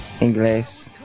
English